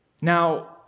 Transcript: Now